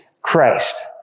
Christ